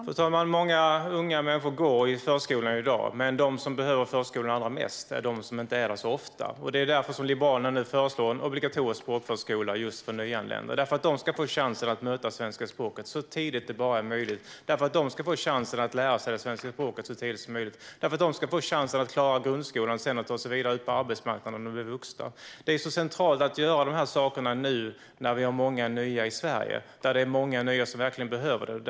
Fru talman! Många unga människor går i förskolan i dag, men de som behöver förskolan allra mest är de som inte är där så ofta. Det är därför Liberalerna nu föreslår en obligatorisk språkförskola just för nyanlända - för att de ska få chansen att möta svenska språket så tidigt som bara är möjligt. De ska få chansen att lära sig svenska språket så tidigt som möjligt för att de ska få chansen att sedan klara grundskolan och ta sig vidare ut på arbetsmarknaden när de blir vuxna. Det är centralt att göra dessa saker nu när vi har många nya i Sverige. Det är många nya som verkligen behöver detta.